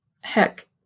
heck